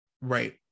Right